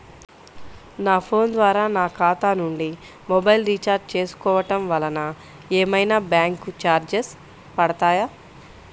నా ఫోన్ ద్వారా నా ఖాతా నుండి మొబైల్ రీఛార్జ్ చేసుకోవటం వలన ఏమైనా బ్యాంకు చార్జెస్ పడతాయా?